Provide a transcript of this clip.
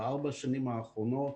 בארבע השנים האחרונות